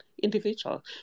individual